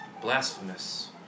blasphemous